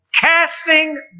Casting